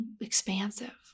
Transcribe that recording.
expansive